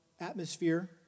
atmosphere